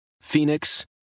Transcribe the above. Phoenix